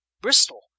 Bristol